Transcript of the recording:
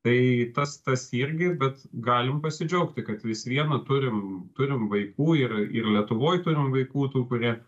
tai tas tas irgi bet galim pasidžiaugti kad vis viena turim turim vaikų ir ir lietuvoj turim vaikų tų kurie